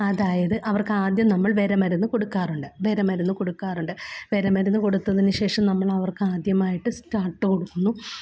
അതായത് അവർക്കാദ്യം നമ്മൾ വിര മരുന്ന് കൊടുക്കാറ്ണ്ട് വിര മരുന്ന് കൊടുക്കാറുണ്ട് വിര മരുന്ന് കൊടുത്തതിനുശേഷം നമ്മളവർക്കാദ്യമായിട്ട് സ്റ്റാർട്ട് കൊടുക്കുന്നു